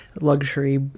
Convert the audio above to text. luxury